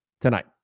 tonight